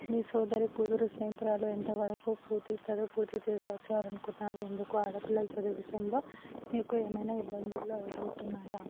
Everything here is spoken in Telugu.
నీ సోదరి కూతురు స్నేహితురాలు ఎంత వరకు పూర్తి చదువు పూర్తి చేసి వచ్చారు అనుకున్నారు ఎందుకు ఆడపిల్లలు చదువు విషయంలో మీకు ఏమైనా ఇబ్బందుల్లో ఎదుగుతున్నాయా